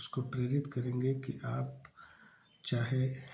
उसको प्रेरित करेंगे कि आप चाहे